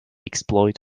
exploit